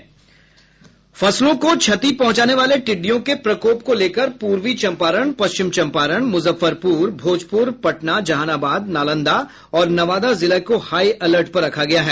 फसलों को क्षति पहुंचाने वाले टिड्डियों के प्रकोप को लेकर पूर्वी चम्पारण पश्चिम चम्पारण मुजफ्फरपुर भोजपुर पटना जहानाबाद नालान्दा और नवादा जिला को हाई अलर्ट पर रखा गया है